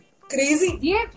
Crazy